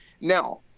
Now